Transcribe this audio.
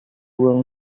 room